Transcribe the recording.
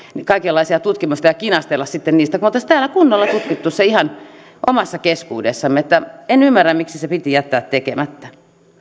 kaikenlaisia tutkimuksia ja kinastella sitten niistä kun me olisimme täällä kunnolla tutkineet sen ihan omassa keskuudessamme en ymmärrä miksi se piti jättää tekemättä